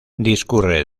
discurre